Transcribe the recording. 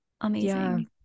amazing